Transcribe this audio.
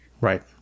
Right